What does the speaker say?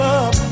up